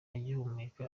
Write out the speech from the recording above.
agihumeka